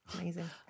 Amazing